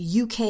UK